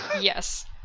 Yes